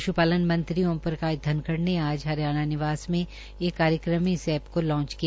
पश्पालन मंत्री ओम प्रकाश धनखड़ ने आज हरियाणा निवास में एक कार्यक्रम में इस एप को लांच किया